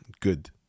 good